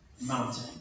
mountain